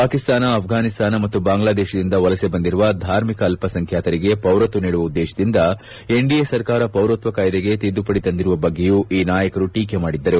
ಪಾಕಿಸ್ತಾನ ಅಫ್ರಾನಿಸ್ತಾನ ಮತ್ತು ಬಾಂಗ್ಲಾದೇಶದಿಂದ ವಲಸೆ ಬಂದಿರುವ ಧಾರ್ಮಿಕ ಅಲ್ಪಸಂಖ್ಯಾತರಿಗೆ ಪೌರತ್ವ ನೀಡುವ ಉದ್ದೇಶದಿಂದ ಎನ್ಡಿಎ ಸರ್ಕಾರ ಪೌರತ್ವ ಕಾಯ್ದೆಗೆ ತಿದ್ದುಪಡಿ ತಂದಿರುವ ಬಗ್ಗೆಯೂ ಈ ನಾಯಕರು ಟೀಕೆ ಮಾಡಿದ್ದರು